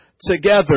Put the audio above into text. together